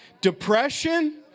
depression